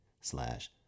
slash